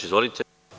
Izvolite.